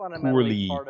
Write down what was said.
poorly